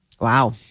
Wow